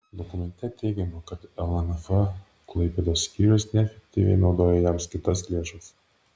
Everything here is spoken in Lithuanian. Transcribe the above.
dokumente teigiama kad lnf klaipėdos skyrius neefektyviai naudojo jam skirtas lėšas